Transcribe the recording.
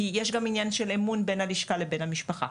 כי יש גם עניין של אמון בין הלשכה לבין המשפחה.